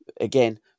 again